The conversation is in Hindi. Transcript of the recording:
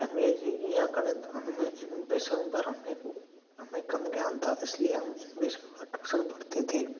अंग्रेज़ी या गणित हम में इन विषयों पर हमें हमें कम ज्ञान था इसलिए हम इन विषयों का टूसन पढ़ते थे